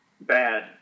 bad